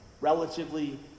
relatively